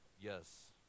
yes